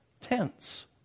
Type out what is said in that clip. tense